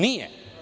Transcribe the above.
Nije.